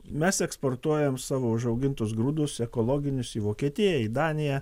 mes eksportuojam savo užaugintus grūdus ekologinius į vokietiją į daniją